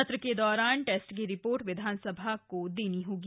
सत्र के दौरान टेस्ट की रिपोर्ट विधानसभा को देनी होगी